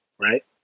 right